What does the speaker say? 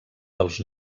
dels